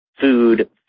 food